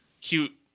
cute